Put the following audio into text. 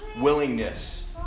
willingness